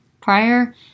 Prior